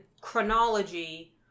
chronology